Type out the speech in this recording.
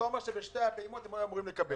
אתה אומר שבשתי הפעימות הם היו אמורים לקבל.